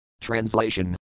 Translation